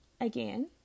again